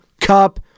Cup